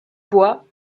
bois